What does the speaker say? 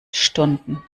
stunden